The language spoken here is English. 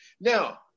Now